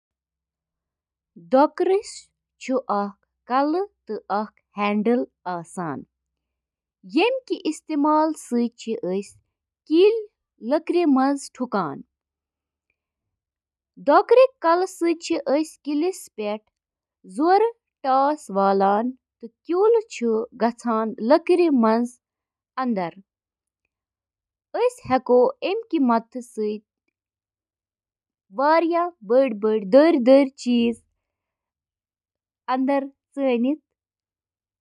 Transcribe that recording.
Skin ہٕنٛدیٚن طرفن چھِ لٔٹہِ آسان، یتھ ریڈنگ تہِ ونان چھِ، واریاہو وجوہاتو کِنۍ، یتھ منٛز شٲمِل چھِ: جعل سازی تہٕ کلپنگ رُکاوٕنۍ، بوزنہٕ یِنہٕ والیٚن ہٕنٛز مدد، لباس کم کرُن تہٕ باقی۔